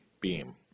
beam